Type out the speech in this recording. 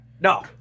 no